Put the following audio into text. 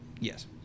yes